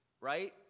right